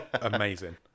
amazing